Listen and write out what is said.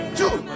two